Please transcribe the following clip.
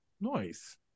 Nice